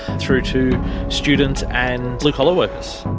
through to students and blue-collar workers.